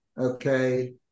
Okay